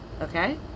okay